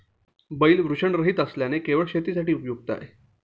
बैल वृषणरहित असल्याने केवळ शेतीसाठी उपयुक्त आहे